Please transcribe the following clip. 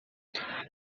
eles